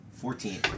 Fourteen